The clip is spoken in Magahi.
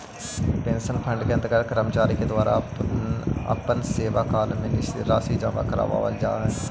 पेंशन फंड के अंतर्गत कर्मचारि के द्वारा अपन सेवाकाल में निश्चित राशि जमा करावाल जा हई